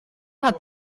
hat